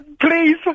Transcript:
Please